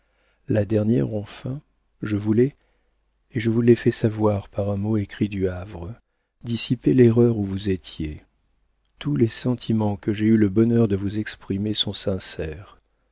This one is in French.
la dernière enfin je voulais et je vous l'ai fait savoir par un mot écrit du havre dissiper l'erreur où vous étiez tous les sentiments que j'ai eu le bonheur de vous exprimer sont sincères